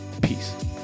Peace